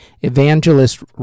evangelist